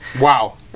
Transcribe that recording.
Wow